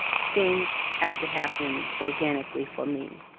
things have to happen organically for me.